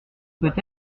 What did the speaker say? peut